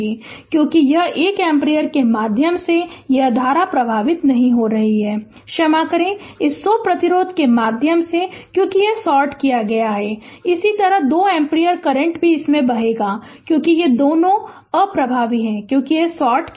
इसलिए क्योंकि यह 1 एम्पीयर के माध्यम से यह धारा प्रवाहित नहीं होगी क्षमा करें इस 100 प्रतिरोध के माध्यम से क्योंकि यह सॉर्ट किया जाता है और इसी तरह यह 2 एम्पीयर करंट भी इससे बहेगा क्योंकि ये दोनों अप्रभावी हैं क्योंकि यह सॉर्ट किया गया है